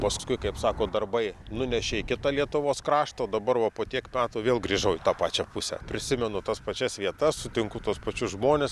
paskui kaip sako darbai nunešė į kita lietuvos kraštą o dabar va po tiek metų vėl grįžau į tą pačią pusę prisimenu tas pačias vietas sutinku tuos pačius žmones